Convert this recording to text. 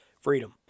freedom